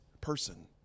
person